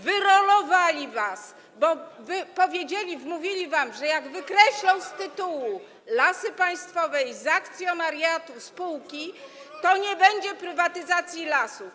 Wyrolowali was, bo powiedzieli, wmówili wam, że jak wykreślą z tytułu Lasy Państwowe i z akcjonariatu spółki, to nie będzie prywatyzacji lasów.